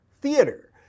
theater